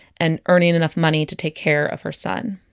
and earning enough money to take care of her son.